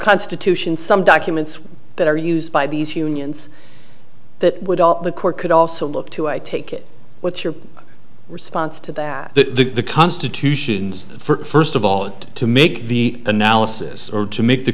constitution some documents that are used by these unions that would all the court could also look to i take it what's your response to the the constitution's for of all to make the analysis or to make the